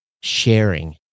sharing